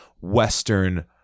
Western